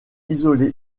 isolé